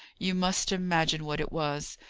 you must imagine what it was.